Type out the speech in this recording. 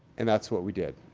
and that's what we did.